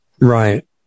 Right